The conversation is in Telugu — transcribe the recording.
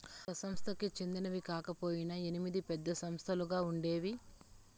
ఒక సంస్థకి చెందినవి కాకపొయినా ఎనిమిది పెద్ద సంస్థలుగా ఉండేవి